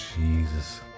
Jesus